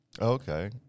Okay